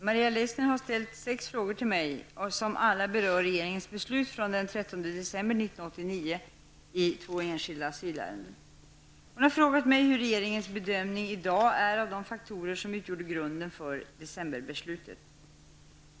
Herr talman! Maria Leissner har ställt sex frågor till mig som alla berör regeringens beslut från den Hon har frågat mig hur regeringens bedömning i dag är av de faktorer som utgjorde grunden för ''december-beslutet''.